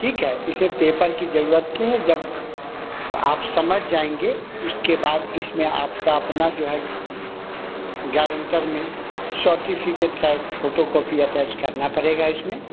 ठीक है इसे पेपर की ज़रूरत नहीं है जब आप समझ जाएँगे उसके बाद इसमें आपका अपना जो है गारंटर में शार्टीफिकेट का एक फोटोकॉपी अटैच करना पड़ेगा इसमें